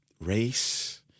race